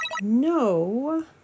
No